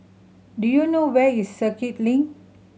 do you know where is Circuit Link